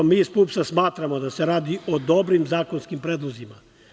Mi iz PUPS-a smatramo da se radi o dobrim zakonskim predlozima.